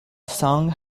song